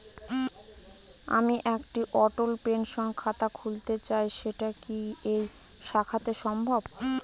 আমি একটি অটল পেনশন খাতা খুলতে চাই সেটা কি এই শাখাতে সম্ভব?